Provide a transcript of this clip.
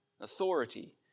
authority